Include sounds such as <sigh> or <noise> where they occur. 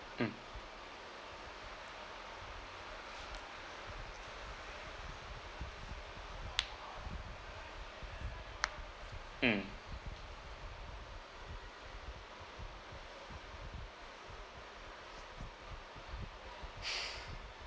mm mm <breath>